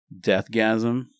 deathgasm